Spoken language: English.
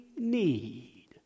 need